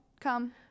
come